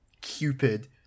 Cupid